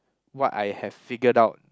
what I have figured out